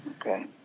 Okay